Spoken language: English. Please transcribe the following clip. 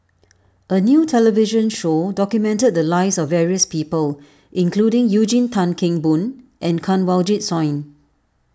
a new television show documented the lives of various people including Eugene Tan Kheng Boon and Kanwaljit Soin